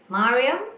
Mariam